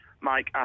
Mike